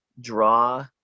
draw